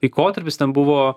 laikotarpis ten buvo